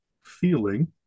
feeling